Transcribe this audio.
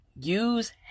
Use